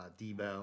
Debo